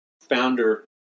founder